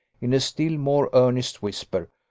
in a still more earnest whisper,